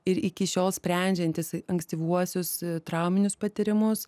ir iki šiol sprendžiantys ankstyvuosius trauminius patyrimus